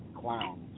clowns